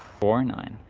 for nine